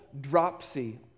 dropsy